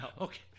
okay